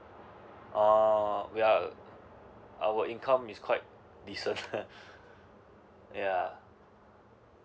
oh we are our income is quite deserved yeah